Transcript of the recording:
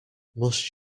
must